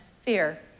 fear